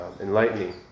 enlightening